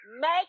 Make